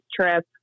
trip